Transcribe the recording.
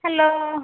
hello